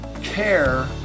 care